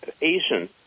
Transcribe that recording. Asian